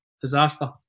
Disaster